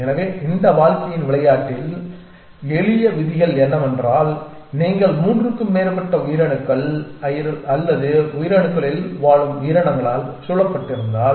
எனவே இந்த வாழ்க்கையின் விளையாட்டின் எளிய விதிகள் என்னவென்றால் நீங்கள் மூன்றுக்கும் மேற்பட்ட உயிரணுக்கள் அல்லது உயிரணுக்களில் வாழும் உயிரினங்களால் சூழப்பட்டிருந்தால்